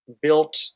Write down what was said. built